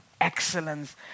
excellence